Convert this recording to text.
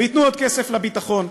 וייתנו עוד כסף לביטחון.